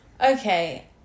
Okay